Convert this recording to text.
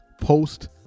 post